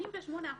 88%,